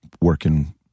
working